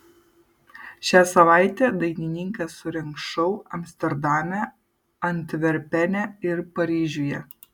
šią savaitę dainininkas surengs šou amsterdame antverpene ir paryžiuje